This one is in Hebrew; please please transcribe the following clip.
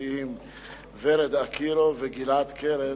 המשפטיים ורד קירו וגלעד קרן,